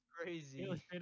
crazy